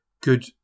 good